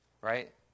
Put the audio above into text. Right